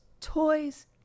toys